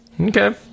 Okay